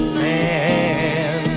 man